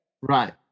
Right